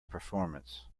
performance